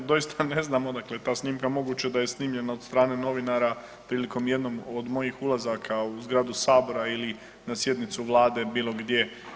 Doista ne znam odakle ta snimka, moguće da je snimljena od strane novinara prilikom jednog od mojih ulazaka u zgradu sabora ili na sjednicu vlade bilo gdje.